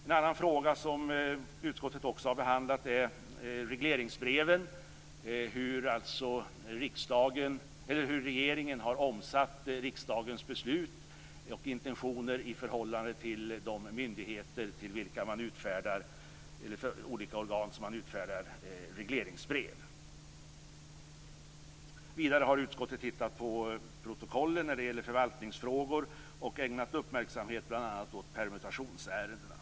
En annan fråga som utskottet också har behandlat är regleringsbreven, alltså hur regeringen har omsatt riksdagens beslut och intentioner i förhållande till de myndigheter och olika organ till vilka man utfärdar regleringsbrev. Vidare har utskottet tittat närmare på protokollen när det gäller förvaltningsfrågor och ägnat uppmärksamhet åt bl.a. permutationsärendena.